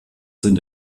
sind